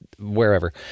wherever